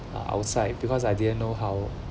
outside because I didn't know how